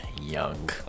young